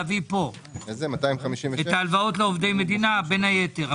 את ההלוואות לעובדי מדינה אפשר היה להביא פה,